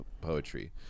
poetry